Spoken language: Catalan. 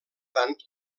tant